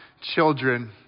children